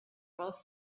both